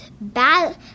bad